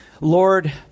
Lord